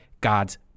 God's